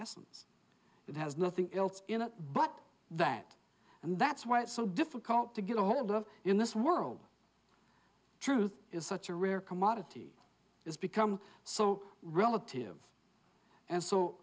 essence it has nothing else in it but that and that's why it's so difficult to get hold of in this world truth is such a rare commodity has become so relative and